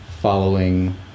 following